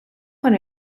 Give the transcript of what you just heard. con